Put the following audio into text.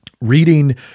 reading